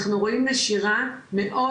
אנחנו רואים נשירה מאוד,